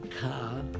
car